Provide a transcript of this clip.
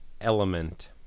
Element